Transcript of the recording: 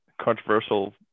controversial